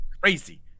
crazy